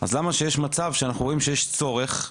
ואנחנו שם,